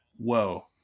whoa